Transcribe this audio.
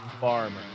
Farmer